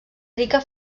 rica